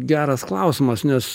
geras klausimas nes